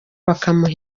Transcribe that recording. bakamuha